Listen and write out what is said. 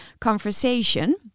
conversation